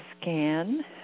scan